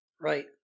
Right